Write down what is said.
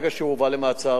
ברגע שהוא הובא למעצר,